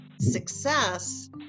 success